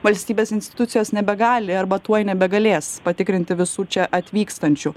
valstybės institucijos nebegali arba tuoj nebegalės patikrinti visų čia atvykstančių